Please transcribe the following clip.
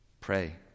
Pray